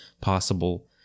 possible